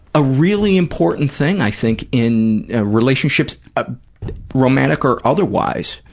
a really important thing, i think, in relationships, ah romantic or otherwise.